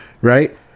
Right